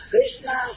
Krishna